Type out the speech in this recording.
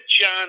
John